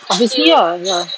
obviously lah ya